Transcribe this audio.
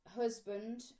husband